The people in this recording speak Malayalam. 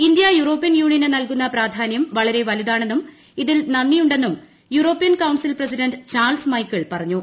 ഇന്ത്യ യൂറോപ്യൻ യൂണിന് നല്കുന്ന പ്രാധാന്യം വളരെ വലുതാണെന്നും ഇതിൽ നന്ദിയുണ്ടെന്നും European council president Charles Michel പറഞ്ഞു